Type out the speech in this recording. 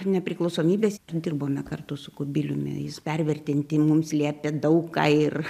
nepriklausomybės dirbome kartu su kubiliumi jis pervertinti mums liepė daug ką ir